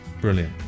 Brilliant